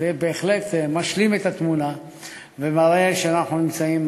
וזה בהחלט משלים את התמונה ומראה שאנחנו נמצאים